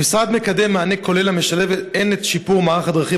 המשרד מקדם מענה כולל המשלב הן את שיפור מערך הדרכים